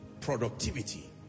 Productivity